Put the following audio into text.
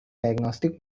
diagnostic